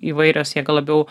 įvairios jie gal labiau